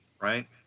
right